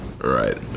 Right